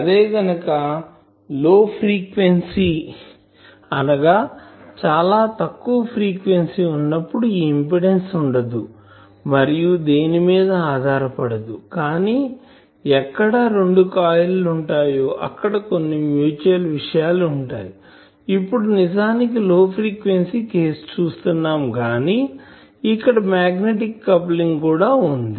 అదే గనుక low frequency low frequency అనగా చాలా తక్కువ ఫ్రీక్వెన్సీ వున్నప్పుడు ఈ ఇంపిడెన్సు అనేది ఉండదు మరియు దేని మీద ఆధారపడదు కానీ ఎక్కడ రెండు కాయిల్ లు వుంటాయో అక్కడ కొన్ని మ్యూచువల్ విషయాలు ఉంటాయి ఇప్పుడు నిజానికి లో ఫ్రీక్వెన్సీ కేసు చూస్తున్నాం గాని ఇక్కడ మాగ్నెటిక్ కప్లింగ్ కూడా వుంది